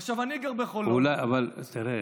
עכשיו, אני גר בחולון, אבל תראה,